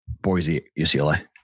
Boise-UCLA